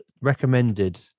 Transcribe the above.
recommended